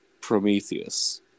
Prometheus